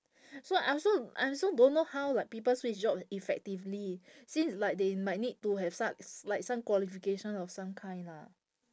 so I also I also don't know how like people switch job effectively since like they might need to have suc~ like some qualification of some kind lah